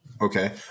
Okay